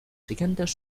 siguientes